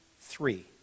three